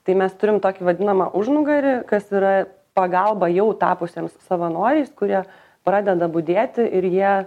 tai mes turim tokį vadinamą užnugarį kas yra pagalba jau tapusiems savanoriais kurie pradeda budėti ir jie